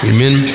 Amen